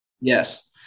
Yes